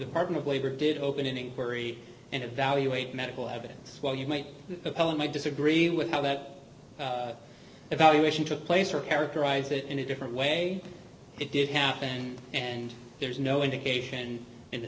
department of labor did opening worry and evaluate medical evidence while you might tell him i disagree with how that evaluation took place or characterize it in a different way it did happen and there's no indication in